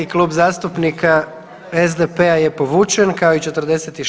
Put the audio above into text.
Klub zastupnika SDP-a je povučen, kao i 46.